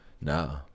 no